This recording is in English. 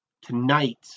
Tonight